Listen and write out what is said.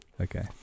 Okay